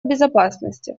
безопасности